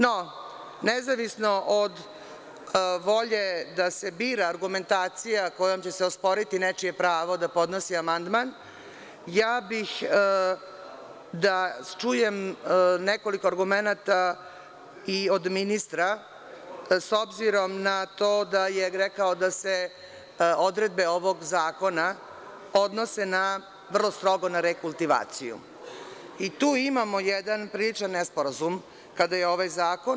No, nezavisno od volje da se bira argumentacija kojom će se osporiti nečije pravo da podnosi amandman, ja bih da čujem nekoliko argumenata i od ministra, s obzirom na to da je rekao da se odredbe ovog zakona odnose na vrlo strogo – rekultivaciju i tu imamo jedan popriličan nesporazum kada je ovaj zakon.